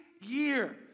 year